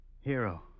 Hero